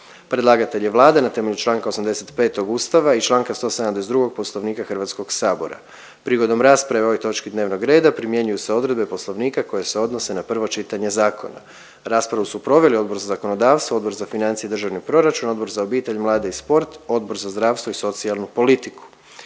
Predlagatelj je Vlada na temelju čl. 85. Ustava i čl. 172. Poslovnika HS. Prigodom rasprave o ovoj točki dnevnog reda primjenjuju se odredbe Poslovnika koje se odnose na prvo čitanje zakona. Raspravu su proveli Odbor za zakonodavstvo, Odbor za financije i državni proračun, Odbor za obitelj, mlade i sport, Odbor za zdravstvo i socijalnu politiku.